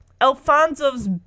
Alfonso's